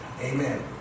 Amen